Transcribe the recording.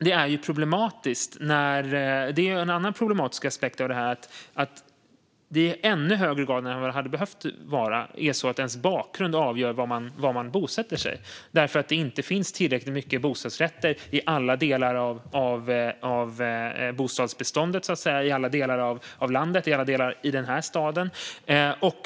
En annan problematisk aspekt är att det i högre grad än vad det borde vara är bakgrunden som avgör var man bosätter sig. Det beror på att det inte finns tillräckligt många bostadsrätter i alla delar av bostadsbeståndet, i alla delar av landet eller i alla delar av staden.